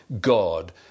God